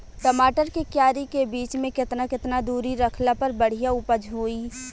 टमाटर के क्यारी के बीच मे केतना केतना दूरी रखला पर बढ़िया उपज होई?